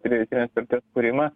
pridėtinės vertės kūrimą